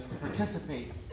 participate